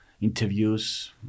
interviews